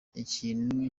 ikintu